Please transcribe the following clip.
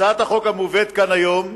הצעת החוק המובאת כאן היום,